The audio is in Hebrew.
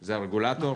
זה הרגולטור,